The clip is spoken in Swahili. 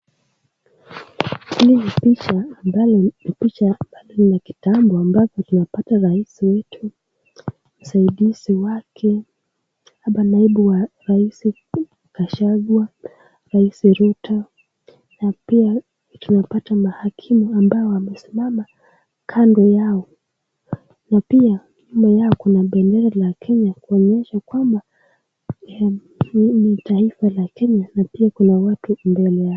Hii ni picha ambayo ni picha pale ni kitambao ambapo tunapata Rais wetu, msaidizi wake, hapa naibu wa Rais Gachagua, Rais Ruto. Na pia tunapata mahakimu ambao wamesimama kando yao. Na pia nyuma yao kuna bendera la Kenya kuonyesha kwamba ni taifa la Kenya, na pia kuna watu mbele.